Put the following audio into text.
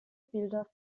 bilder